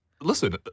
Listen